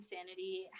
insanity